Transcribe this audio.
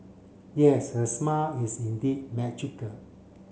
yes her smile is indeed magical